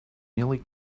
nearly